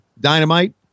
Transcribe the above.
dynamite